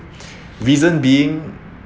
reason being